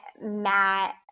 Matt